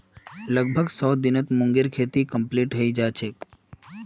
लगभग सौ दिनत मूंगेर खेती कंप्लीट हैं जाछेक